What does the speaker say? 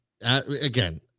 again